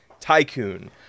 Tycoon